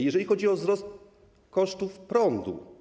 Jeżeli chodzi o wzrost kosztów prądu.